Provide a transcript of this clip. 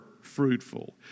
fruitful